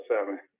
seven